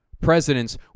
presidents